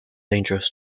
dangerous